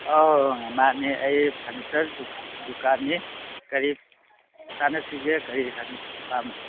ꯑꯥ ꯃꯥꯟꯅꯦ ꯑꯩ ꯐꯔꯅꯤꯆꯔ ꯗꯨꯀꯥꯟꯅꯤ ꯀꯔꯤ ꯇꯥꯟꯅꯁꯤꯒꯦ ꯀꯔꯤ ꯄꯥꯝꯃꯤ